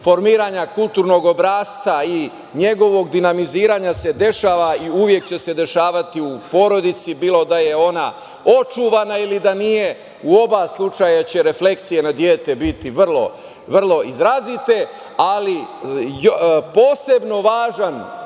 formiranja kulturnog obrasca i njegovog dinamiziranja se dešava i uvek će se dešavati u porodici, bilo da je ona očuvana ili nije, u oba slučaja će reflekcije na dete biti vrlo izrazite. Posebno važan